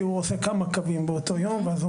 כי הוא עושה כמה קווים באותו יום ואז הוא